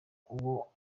uwo